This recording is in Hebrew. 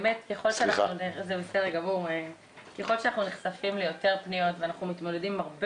באמת ככל שאנחנו נחשפים ליותר פניות ואנחנו מתמודדים עם הרבה